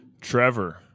Trevor